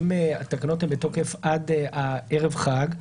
אם התקנות הן בתוקף עד ערב חג,